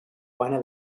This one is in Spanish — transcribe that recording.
juana